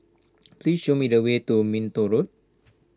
please show me the way to Minto Road